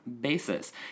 basis